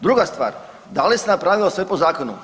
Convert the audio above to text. Druga stvar, da li se napravilo sve po zakonu?